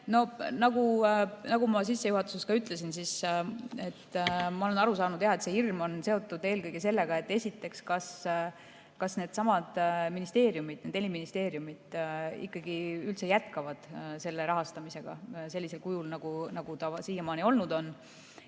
Nagu ma sissejuhatuses ka ütlesin, ma olen aru saanud, et see hirm on seotud eelkõige sellega, et esiteks, kas needsamad ministeeriumid, need neli ministeeriumit, ikkagi üldse jätkavad selle rahastamisega sellisel kujul, nagu siiani on olnud.